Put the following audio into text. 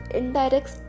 indirect